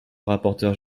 rapporteur